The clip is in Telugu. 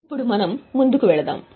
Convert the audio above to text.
ఇప్పుడు మనం ముందుకు వెళ్దాం